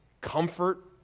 Comfort